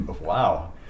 wow